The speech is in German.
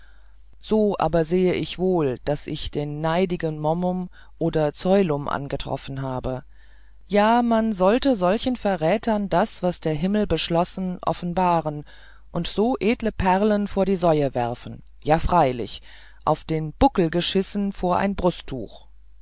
so sehe ich aber wohl daß ich den neidigen momum oder zoilum angetroffen habe ja man sollte solchen verrätern das was der himmel beschlossen offenbaren und so edle perlen vor die säue werfen ja freilich auf den buckel geschissen vor ein